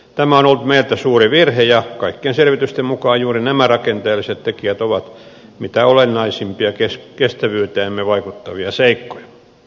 tämä on ollut meiltä suuri virhe ja kaikkien selvitysten mukaan juuri nämä rakenteelliset tekijät ovat mitä olennaisimpia kestävyyteemme vaikuttavia seikkoja